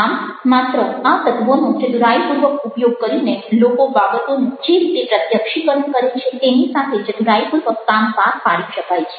આમ માત્ર આ તત્વોનો ચતુરાઈપૂર્વક ઉપયોગ કરીને લોકો બાબતોનું જે રીતે પ્રત્યક્ષીકરણ કરે છે તેની સાથે ચતુરાઈપૂર્વક કામ પાર પાડી શકાય છે